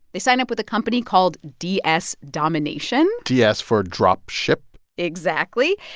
they sign up with a company called ds domination ds for drop ship exactly.